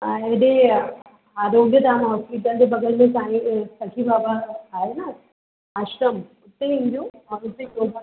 हा एॾे ई आहे आरोग्यधाम होस्पिटल जे बगल में तव्हांजे सखी बाबा आहे न आश्रम उते इझो ऐं उते योगा